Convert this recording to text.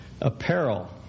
apparel